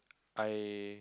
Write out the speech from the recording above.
I